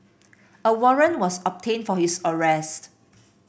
a warrant was obtained for his arrest